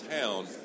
town